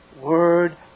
Word